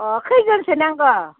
अह खैजोनसो नांगौ